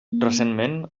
recentment